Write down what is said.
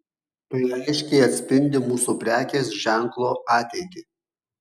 tai aiškiai atspindi mūsų prekės ženklo ateitį